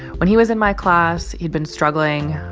when he was in my class, he'd been struggling.